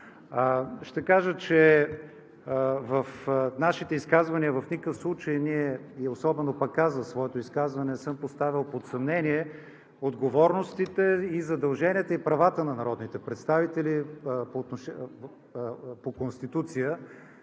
Ще кажа, че в нашите изказвания в никакъв случай ние, и особено пък аз в своето изказване, не съм поставял под съмнение отговорностите, задълженията и правата на народните представители по Конституция.